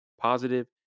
positive